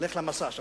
לך למסע שלך.